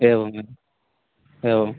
एवमेवम् एवं